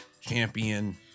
champion